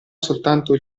soltanto